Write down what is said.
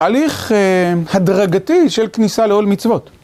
הליך אה... הדרגתי של כניסה לעול מצוות.